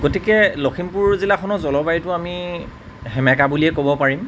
গতিকে লক্ষীমপুৰ জিলাখনৰ জলবায়ুটো আমি সেমেকা বুলিয়েই ক'ব পাৰিম